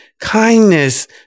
kindness